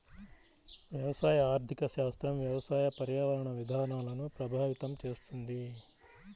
వ్యవసాయ ఆర్థిక శాస్త్రం వ్యవసాయ, పర్యావరణ విధానాలను ప్రభావితం చేస్తుంది